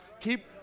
Keep